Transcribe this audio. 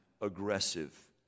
aggressive